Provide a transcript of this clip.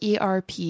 ERP